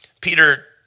Peter